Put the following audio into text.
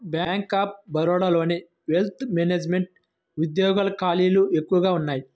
bank of బరోడాలోని wealth management ఉద్యోగాల ఖాళీలు ఎక్కువగా ఉన్నయ్యి